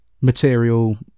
material